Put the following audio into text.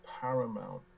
paramount